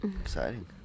Exciting